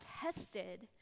tested